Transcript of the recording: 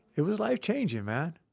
it was life changing, man